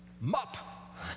mop